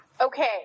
Okay